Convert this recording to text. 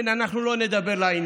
כן, אנחנו לא נדבר לעניין,